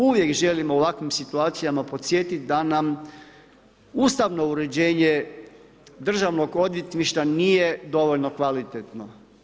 Uvijek želim u ovakvim situacijama podsjetit da nam Ustavno uređenje državnog odvjetništva nije dovoljno kvalitetno.